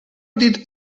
did